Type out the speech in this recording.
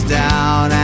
down